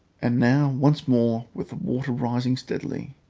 and now, once more, with the water rising steadily,